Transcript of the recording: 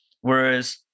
Whereas